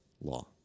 law